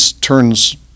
turns